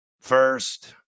first